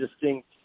distinct